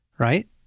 right